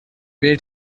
wählt